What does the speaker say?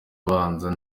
abanza